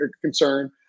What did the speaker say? concern